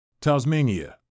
Tasmania